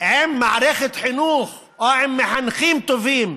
מערכת חינוך או מחנכים טובים,